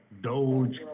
Doge